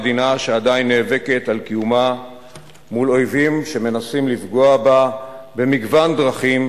מדינה שעדיין נאבקת על קיומה מול אויבים שמנסים לפגוע בה במגוון דרכים,